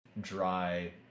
dry